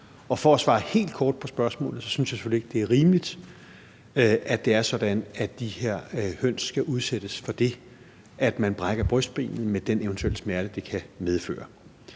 For at svare helt kort på spørgsmålet så synes jeg selvfølgelig ikke, det er rimeligt, at det er sådan, at de her høns skal udsættes for det, at de brækker brystbenet med den eventuelle smerte, det kan medføre.